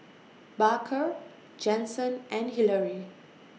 Baker Jensen and Hillary